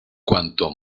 cuanto